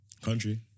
Country